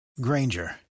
Granger